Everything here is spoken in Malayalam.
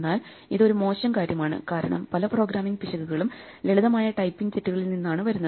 എന്നാൽ ഇത് ഒരു മോശം കാര്യമാണ് കാരണം പല പ്രോഗ്രാമിംഗ് പിശകുകളും ലളിതമായ ടൈപ്പിംഗ് തെറ്റുകളിൽ നിന്നാണ് വരുന്നത്